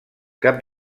cap